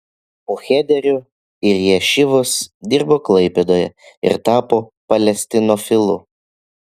po chederio ir ješivos dirbo klaipėdoje ir tapo palestinofilu